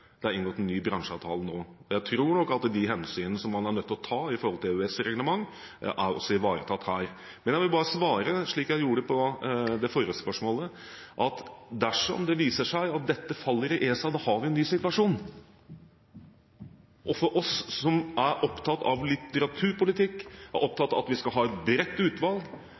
ny bransjeavtale nå. Jeg tror nok at de hensynene man er nødt til å ta når det gjelder EØS-reglement, også er ivaretatt her. Jeg vil bare svare slik jeg gjorde på det forrige spørsmålet, at dersom det viser seg at dette faller i ESA, har vi en ny situasjon. For oss som er opptatt av litteraturpolitikk, opptatt av at vi skal ha et bredt utvalg,